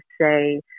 say